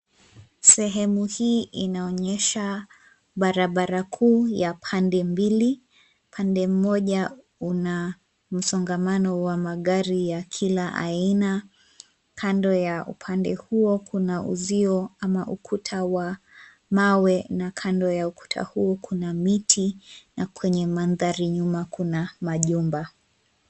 Sehemu hii inaonyesha, barabara kuu ya pande mbili, pande mmoja, una, msongamano wa magari ya kila aina. Kando ya upande huo kuna uzio ama ukuta wa, mawe na kando ya ukuta huo kuna miti, na kwenye mandhari nyuma kuna majumba.